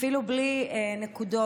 אפילו בלי נקודות.